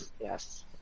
Yes